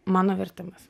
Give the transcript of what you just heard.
mano vertimas